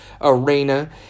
arena